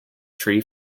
tree